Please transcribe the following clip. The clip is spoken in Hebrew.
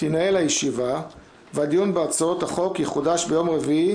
תינעל הישיבה והדיון בהצעות החוק יחודש ביום רביעי